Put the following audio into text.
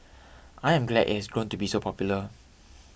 I am glad it has grown to be so popular